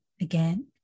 Again